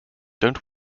don’t